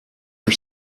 are